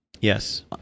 yes